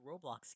Roblox